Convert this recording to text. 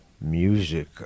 music